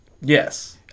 Yes